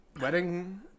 wedding